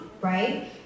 right